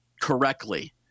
correctly